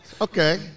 Okay